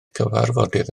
cyfarfodydd